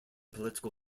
political